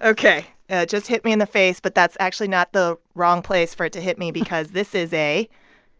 ah ok. yeah it just hit me in the face, but that's actually not the wrong place for it to hit me because this is a